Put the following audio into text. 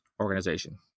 organization